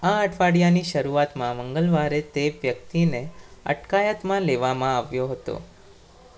આ અઠવાડિયાની શરૂઆતમાં મંગળવારે તે વ્યક્તિને અટકાયતમાં લેવામાં આવ્યો હતો